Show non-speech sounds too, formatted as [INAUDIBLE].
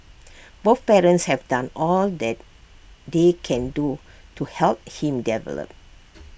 both parents have done all that they can do to help him develop [NOISE]